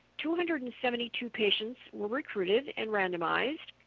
two hundred and seventy two patients were recruited and randomized,